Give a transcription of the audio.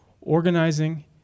organizing